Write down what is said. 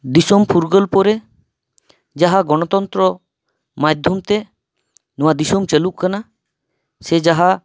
ᱫᱤᱥᱚᱢ ᱯᱷᱩᱨᱜᱟᱹᱞ ᱯᱚᱨᱮ ᱡᱟᱦᱟᱸ ᱜᱚᱱᱚᱛᱱᱛᱨᱚ ᱢᱟᱫᱽᱫᱷᱚᱢ ᱛᱮ ᱱᱚᱣᱟ ᱫᱤᱥᱚᱢ ᱪᱟᱹᱞᱩᱜ ᱠᱟᱱᱟ ᱥᱮ ᱡᱟᱦᱟᱸ